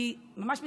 אני ממש מסיימת.